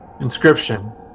Inscription